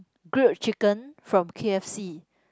grilled chicken from k_f_c